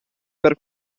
per